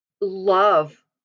love